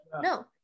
no